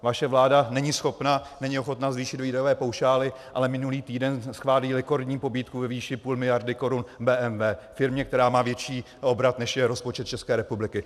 Vaše vláda není schopna, není ochotna zvýšit výdajové paušály, ale minulý týden schválí rekordní pobídku ve výši půl miliardy korun BMW, firmě, která má větší obrat, než je rozpočet České republiky.